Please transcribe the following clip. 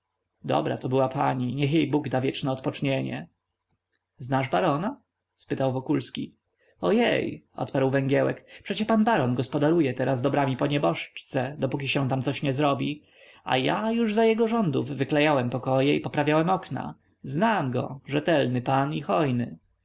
dobra to była pani niech jej bóg da wieczne odpocznienie znasz barona spytał wokulski ojej odparł węgiełek przecie pan baron gospodaruje teraz dobrami po nieboszczce dopóki się tam coś nie zrobi a ja już za jego rządów wyklejałem pokoje i poprawiałem okna znam go rzetelny pan